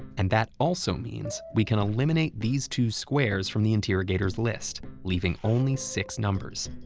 and that also means we can eliminate these two squares from the interrogator's list, leaving only six numbers.